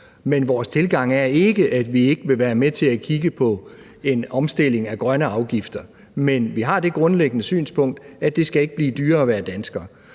men vores tilgang er ikke, at vi ikke vil være med til at kigge på en omstilling af grønne afgifter. Men vi har det grundlæggende synspunkt, at det ikke skal blive dyrere at være dansker.